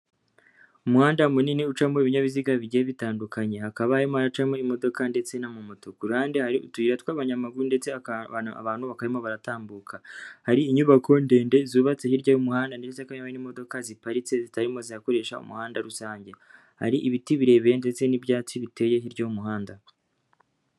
Umuhanda munini ucamo ibinyabiziga bigiye bitandukanye. Hakaba harimo haracamo imodoka ndetse n'amamoto. Ku hande hari utuyira tw'abanyamaguru ndetse abantu bakaba barimo baratambuka. Hari inyubako ndende zubatse hirya y'umuhanda ndetse hakaba hari n'imodoka ziparitse zitarimo zikoresha umuhanda rusange. Bari ibiti birebire ndetse n'ibyatsi biteye hirya y'umuhanda.